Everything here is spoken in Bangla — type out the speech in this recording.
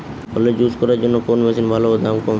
ফলের জুস করার জন্য কোন মেশিন ভালো ও দাম কম?